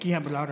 (אומר בערבית: